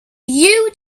you